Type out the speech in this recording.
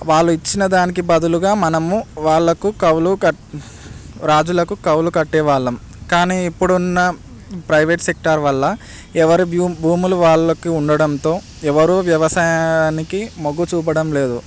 వాళ్ళు ఇచ్చిన దానికి బదులుగా మనము వాళ్ళకు కవులు కట్ రాజులకు కౌలు కట్టే వాళ్ళం కానీ ఇప్పుడున్న ప్రైవేట్ సెక్టార్ వల్ల ఎవరి భూ భూములు వాళ్ళకి ఉండడంతో ఎవరు వ్యవసాయానికి మొగ్గు చూపడం లేదు